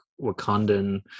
wakandan